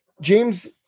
James